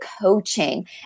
coaching